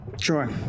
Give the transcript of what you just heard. sure